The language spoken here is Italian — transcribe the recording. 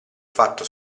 fatto